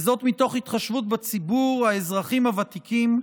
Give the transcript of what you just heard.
וזאת מתוך התחשבות בציבור האזרחים הוותיקים,